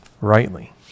rightly